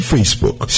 Facebook